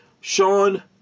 Sean